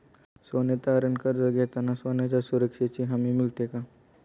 सोने तारण कर्ज घेताना सोन्याच्या सुरक्षेची हमी मिळते का?